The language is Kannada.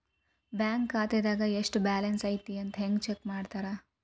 ಬ್ಯಾಂಕ್ ಖಾತೆದಾಗ ಎಷ್ಟ ಬ್ಯಾಲೆನ್ಸ್ ಐತಿ ಅಂತ ಹೆಂಗ ಚೆಕ್ ಮಾಡ್ತಾರಾ